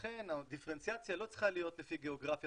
לכן הדיפרנציאציה לא צריכה להיות לפי גיאוגרפיה